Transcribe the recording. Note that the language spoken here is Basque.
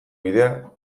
bidea